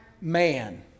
man